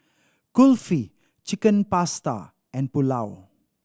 Kulfi Chicken Pasta and Pulao